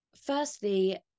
firstly